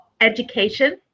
education